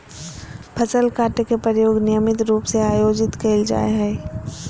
फसल काटे के प्रयोग नियमित रूप से आयोजित कइल जाय हइ